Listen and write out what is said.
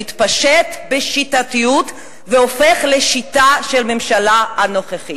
שמתפשט בשיטתיות והופך לשיטה של הממשלה הנוכחית.